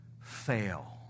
fail